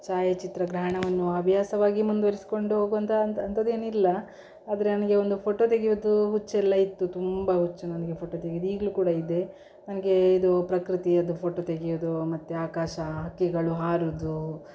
ಛಾಯಾಚಿತ್ರಗ್ರಹಣವನ್ನು ಹವ್ಯಾಸವಾಗಿ ಮುಂದುವರಿಸಿಕೊಂಡು ಹೋಗುವಂಥ ಅಂಥ ಅಂಥದ್ದೇನಿಲ್ಲ ಆದರೆ ನನಗೆ ಒಂದು ಫೋಟೊ ತೆಗೆಯುವುದು ಹುಚ್ಚೆಲ್ಲ ಇತ್ತು ತುಂಬ ಹುಚ್ಚು ನನಗೆ ಫೋಟೊ ತೆಗೆಯುದು ಈಗಲೂ ಕೂಡ ಇದೆ ನನಗೆ ಇದು ಪ್ರಕೃತಿಯದ್ದು ಫೋಟೊ ತೆಗೆಯೋದು ಮತ್ತು ಆಕಾಶ ಹಕ್ಕಿಗಳು ಹಾರುದು